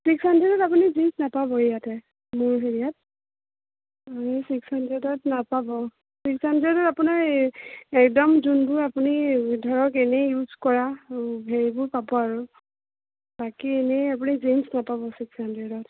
six হাণ্ড্ৰেডত আপুনি জিন্চ নাপাব ইয়াতে মোৰ হেৰিয়াত আপুনি চিক্স হাণ্ড্ৰেডত নাপাব চিক্স হাণ্ড্ৰেডত আপোনাৰ এই একদম যোনবোৰ আপুনি ধৰক এনে ইউজ কৰা হেৰিবোৰ পাব আৰু বাকী এনে আপুনি জিন্চ নাপাব চিক্স হাণ্ড্ৰেডত